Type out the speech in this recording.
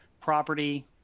property